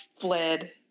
fled